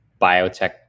biotech